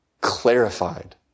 clarified